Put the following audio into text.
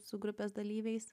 su grupės dalyviais